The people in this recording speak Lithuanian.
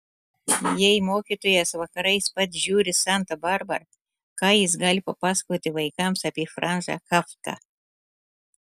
jei mokytojas vakarais pats žiūri santą barbarą ką jis gali papasakoti vaikams apie franzą kafką